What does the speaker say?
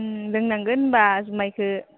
ओं लोंनांगोन होमबा जुमायखौ